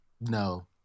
no